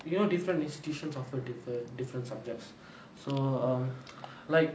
you know different institutions offer different different subjects so err like